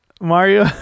Mario